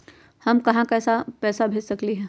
हम कहां कहां पैसा भेज सकली ह?